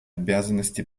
обязанности